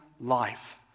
life